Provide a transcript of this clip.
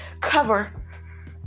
cover